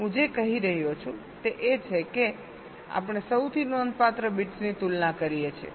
તેથી હું જે કહી રહ્યો છું તે એ છે કે આપણે સૌથી નોંધપાત્ર બિટ્સની તુલના કરીએ છીએ